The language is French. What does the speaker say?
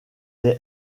est